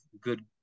good